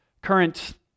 current